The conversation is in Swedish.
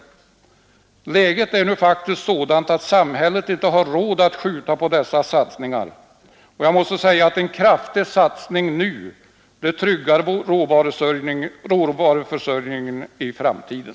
Läget är nu sådant att samhället inte har råd att skjuta på dessa satsningar. En kraftig satsning nu tryggar råvaruförsörjningen i framtiden.